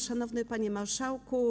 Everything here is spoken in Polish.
Szanowny Panie Marszałku!